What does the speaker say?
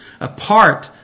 apart